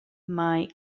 mae